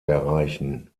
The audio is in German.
erreichen